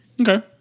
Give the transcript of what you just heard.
Okay